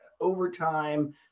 overtime